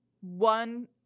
one